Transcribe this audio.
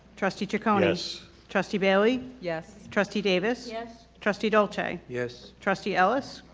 trustee ciccone? yes. trustee bailey? yes. trustee davis? yes. trustee dolce? yes. trustee ellis?